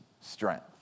strength